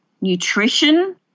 nutrition